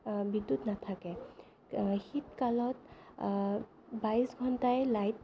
বিদ্যুৎ নাথাকে শীতকালত বাইছ ঘণ্টাই লাইট